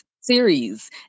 series